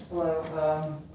Hello